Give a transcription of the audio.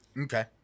Okay